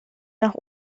nach